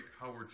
Howard